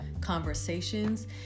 conversations